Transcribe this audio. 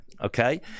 Okay